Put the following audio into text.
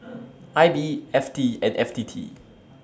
I B F T and F T T